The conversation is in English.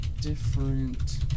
different